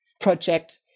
project